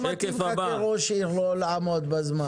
לא מתאים לך כראש עיר לא לעמוד בזמנים.